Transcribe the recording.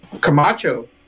Camacho